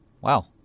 Wow